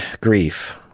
grief